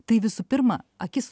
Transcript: tai visų pirma akis